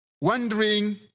wondering